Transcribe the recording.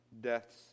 death's